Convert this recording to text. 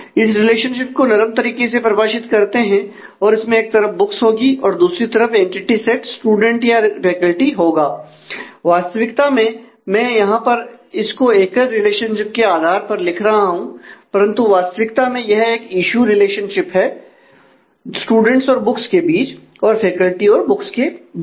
इस रिलेशनशिप को नरम तरीके से परिभाषित करते हैं इसमें एक तरफ बुक्स होंगी और दूसरी तरफ एंटिटी सेट स्टूडेंट या फैकल्टी होगा वास्तविकता में मैं यहां पर इसको एकल रिलेशनशिप के आधार पर लिख रहा हूं परंतु वास्तविकता में यह एक ईशू रिलेशनशिप है स्टूडेंट्स और बुक्स के बीच और फैकल्टी और बुक्स के बीच